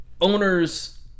owners